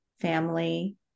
family